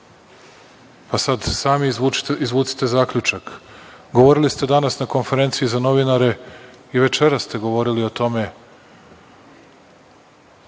Sad sami izvucite zaključak. Govorili ste danas na konferenciji za novinare i večeras ste govorili o tome